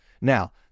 now